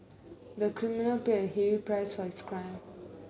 the criminal paid a huge prices crime